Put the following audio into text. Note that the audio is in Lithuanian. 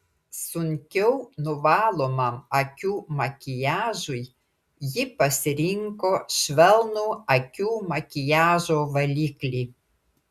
sunkiau nuvalomam akių makiažui ji pasirinko švelnų akių makiažo valiklį